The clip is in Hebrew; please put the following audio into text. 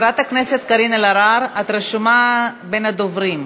את רשומה בין הדוברים.